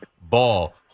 ball